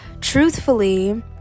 truthfully